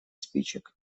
спичек